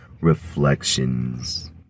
reflections